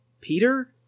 peter